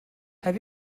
have